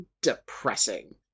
depressing